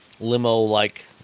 limo-like